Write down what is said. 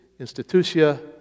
Institutia